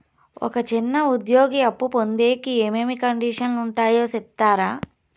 ఒక చిన్న ఉద్యోగి అప్పు పొందేకి ఏమేమి కండిషన్లు ఉంటాయో సెప్తారా?